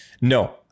No